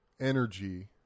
energy